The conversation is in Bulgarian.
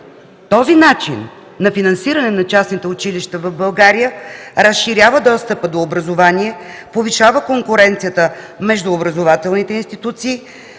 Този начин на финансиране на частните училища в България разширява достъпа до образование, повишава конкуренцията между образователните институции,